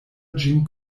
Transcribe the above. ĝin